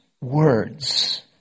words